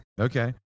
Okay